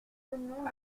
venons